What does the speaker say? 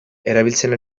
erabiltzen